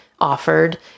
offered